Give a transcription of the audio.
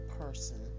person